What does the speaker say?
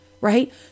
right